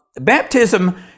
baptism